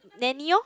nanny orh